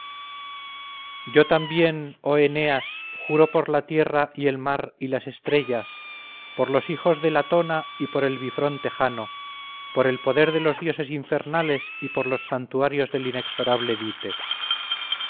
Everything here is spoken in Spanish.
yo también oh eneas juro por la tierra y el mar y las estrellas por los hijos de latona y por el bifronte jano por el poder de los dioses infernales y por los santuarios del inexorable dite